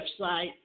website